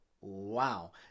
wow